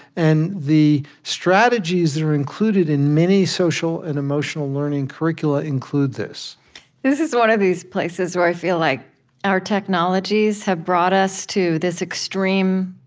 and the strategies that are included in many social and emotional learning curricula include this this is one of these places where i feel like our technologies have brought us to this extreme,